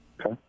Okay